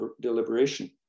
deliberation